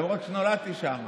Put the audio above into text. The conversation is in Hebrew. למרות שנולדתי שם,